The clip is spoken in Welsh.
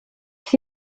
chi